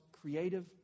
creative